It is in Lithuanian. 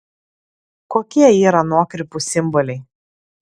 kokie yra nuokrypų simboliai